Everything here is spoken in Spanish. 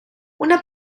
una